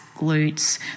glutes